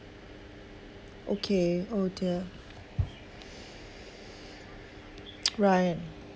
okay oh dear right